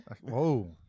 Whoa